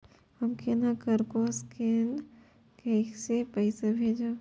हम केना ककरो स्केने कैके पैसा भेजब?